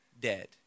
dead